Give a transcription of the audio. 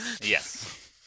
Yes